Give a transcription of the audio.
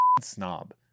snob